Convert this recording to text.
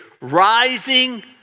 rising